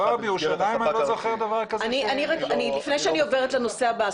לפני שאני עוברת לנושא הבא.